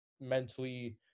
mentally